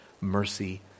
mercy